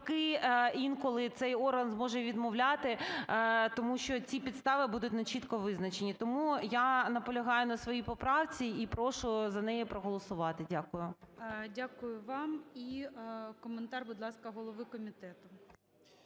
інколи цей орган зможе відмовляти, тому що ці підстави будуть нечітко визначені. Тому я наполягаю на своїй поправці і прошу за неї проголосувати. Дякую. ГОЛОВУЮЧИЙ. Дякую вам. І коментар, будь ласка, голови комітету.